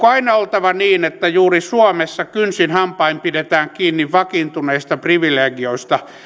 aina oltava niin että juuri suomessa kynsin hampain pidetään kiinni vakiintuneista privilegioista